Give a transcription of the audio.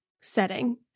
setting